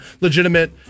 legitimate